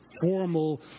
formal